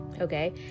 okay